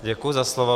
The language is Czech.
Děkuji za slovo.